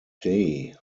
day